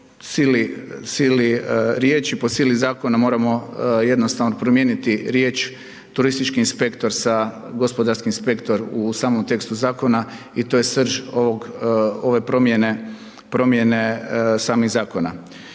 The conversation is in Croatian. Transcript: sili riječi, po sili zakona moramo jednostavno promijeniti riječ turistički inspektor sa gospodarski inspektor u samom tekstu zakona i to je srž ove promjene, promjene samih zakona.